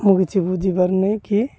ମୁଁ କିଛି ବୁଝିପାରୁନି କି